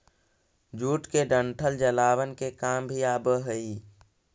jute के डंठल जलावन के काम भी आवऽ हइ